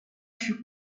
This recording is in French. fut